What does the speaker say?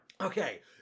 okay